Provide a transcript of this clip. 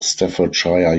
staffordshire